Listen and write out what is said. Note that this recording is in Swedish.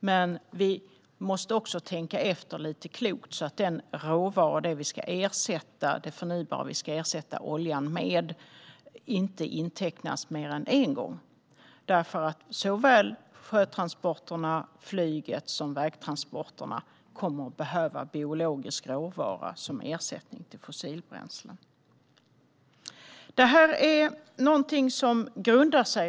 Men vi måste också tänka efter lite klokt så att den råvara och det förnybara som vi ska ersätta oljan med inte intecknas mer än en gång. Såväl sjötransporterna och flyget som vägtransporterna kommer att behöva biologisk råvara som ersättning för fossilbränsle.